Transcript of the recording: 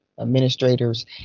administrators